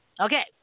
Okay